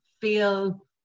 feel